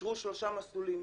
אושרו שלושה מסלולים.